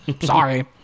sorry